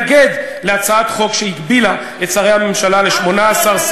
להצעת חוק שהגבילה את מספר שרי הממשלה ל-18.